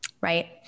right